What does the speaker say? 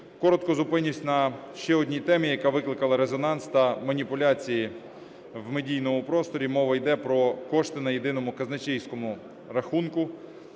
Коротко зупинюсь на ще одній темі, яка викликала резонанс та маніпуляції в медійному просторі: мова йде про кошти на єдиному казначейському рахунку.